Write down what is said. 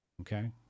Okay